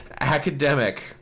Academic